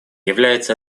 является